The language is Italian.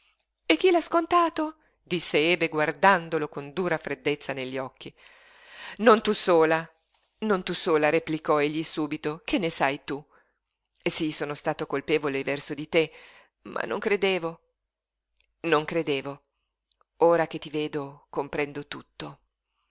e chi l'ha scontato disse ebe guardandolo con dura freddezza negli occhi non tu sola non tu sola replicò egli subito che ne sai tu sí sono stato colpevole verso di te ma non credevo non credevo ora che ti vedo comprendo tutto